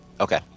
Okay